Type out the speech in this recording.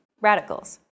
radicals